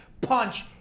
punch